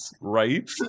Right